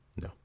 No